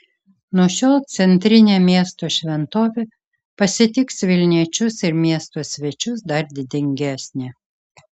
nuo šiol centrinė miesto šventovė pasitiks vilniečius ir miesto svečius dar didingesnė